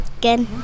Good